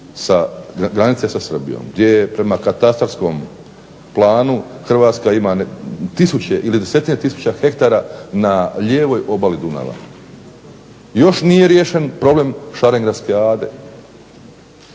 granice sa Srbijom gdje prema katastarskom planu Hrvatska ima tisuće ili desetine tisuća hektara na lijevoj obali Dunava. Još nije riješen problem Šarengradske Ade.